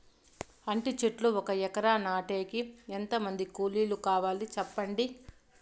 అంటి చెట్లు ఒక ఎకరా నాటేకి ఎంత మంది కూలీలు కావాలి? సెప్పండి?